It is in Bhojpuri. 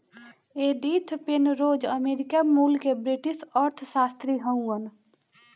एडिथ पेनरोज अमेरिका मूल के ब्रिटिश अर्थशास्त्री हउवन